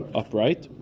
upright